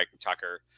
Tucker